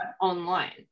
online